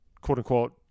quote-unquote